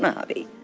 um hobby.